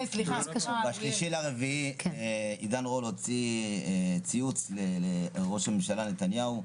ב-3 באפריל עידן רול הוציא ציוץ לראש הממשלה בנימין נתניהו,